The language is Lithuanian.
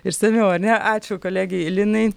išsamiau ane ačiū kolegei linai